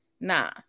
nah